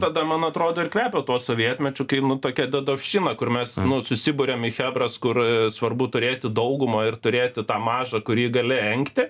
tada man atrodo ir kvepia tuo sovietmečiu kai nu tokia dedopščina kur mes nu susiburiame į chebras kur svarbu turėti daugumą ir turėti tą mažą kurį gali engti